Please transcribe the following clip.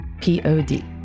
P-O-D